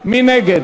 מי נגד?